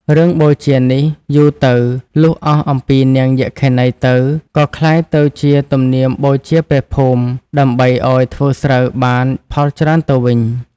រឿងបូជានេះ យូរទៅ លុះអស់អំពីនាងយក្ខិនីទៅ ក៏ក្លាយទៅជាទំនៀមបូជាព្រះភូមិ ដើម្បីឲ្យធ្វើស្រូវបាន ផលច្រើនទៅវិញ។